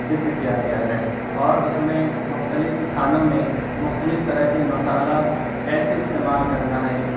ذکر کیا گیا ہے اور اس میں مختلف کھانوں میں مختلف طرح کے مسالہ کیسے استعمال کرنا ہے